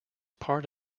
part